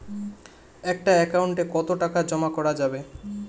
একটা একাউন্ট এ কতো টাকা জমা করা যাবে?